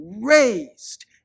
raised